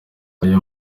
uyu